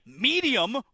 medium